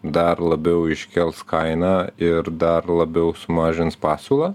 dar labiau iškels kainą ir dar labiau sumažins pasiūlą